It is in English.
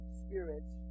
spirits